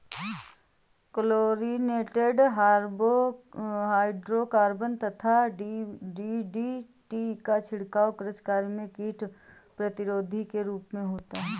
chlorinated hydrocarbon यथा DDT का छिड़काव कृषि कार्य में कीट प्रतिरोधी के रूप में होता है